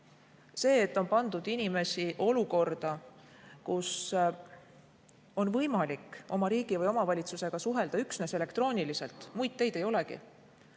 See, et on pandud inimesi olukorda, kus on võimalik oma riigi või omavalitsusega suhelda üksnes elektrooniliselt, muid teid ei olegi,